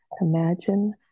imagine